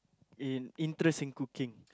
in interest in cooking